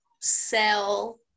sell